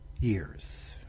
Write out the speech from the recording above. years